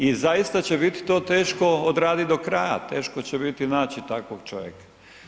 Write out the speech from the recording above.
I zaista će biti to teško odraditi do kraja, teško će biti naći takvog čovjeka.